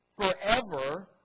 forever